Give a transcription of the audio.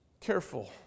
careful